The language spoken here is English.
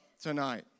tonight